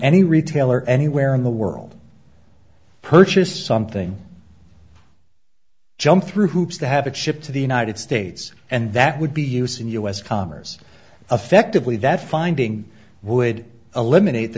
any retailer anywhere in the world purchased something jump through hoops to have it shipped to the united states and that would be use in u s commerce effectively that finding would eliminate the